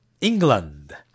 England